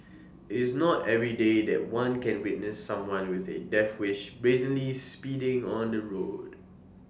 IT is not everyday that one can witness someone with A death wish brazenly speeding on the roads